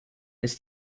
ist